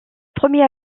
premier